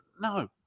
No